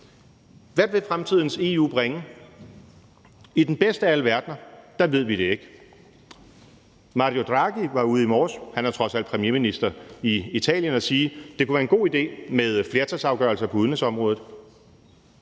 Hvad vil fremtidens EU bringe? I den bedste af alle verdener ved vi det ikke. Mario Draghi var ude i morges – han er trods alt premierminister i Italien – og sige, at det kunne være en god idé med flertalsafgørelser på udenrigsområdet.